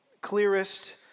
clearest